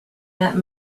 that